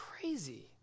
crazy